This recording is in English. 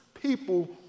people